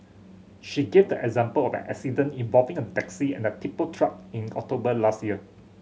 she gave the example of an accident involving a taxi and a tipper truck in October last year